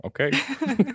Okay